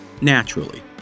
naturally